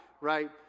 right